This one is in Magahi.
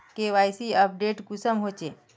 के.वाई.सी अपडेट कुंसम होचे?